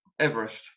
everest